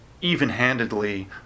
even-handedly